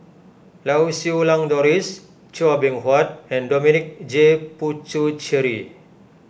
Lau Siew Lang Doris Chua Beng Huat and Dominic J Puthucheary